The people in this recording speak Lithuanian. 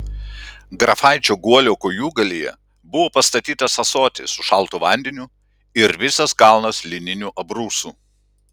grafaičio guolio kojūgalyje buvo pastatytas ąsotis su šaltu vandeniu ir visas kalnas lininių abrūsų